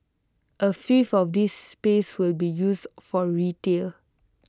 A fifth of this space will be used for retail